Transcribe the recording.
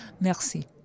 Merci